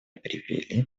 привели